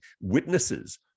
witnesses